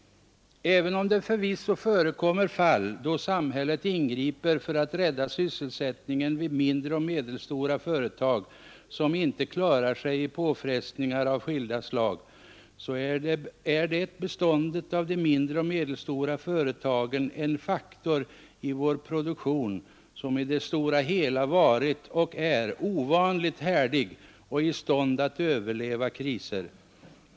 Även om det förvisso förekommer fall där samhället ingriper för att rädda sysselsättningen vid mindre och medelstora företag, som inte klarar sig i påfrestningar av skilda slag, så är beståndet av de mindre och medelstora företagen en faktor i vår produktion som i det stora hela varit och är ovanligt härdig och i stånd att överleva kriser.